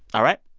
all right?